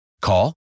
Call